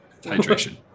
Hydration